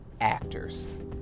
actors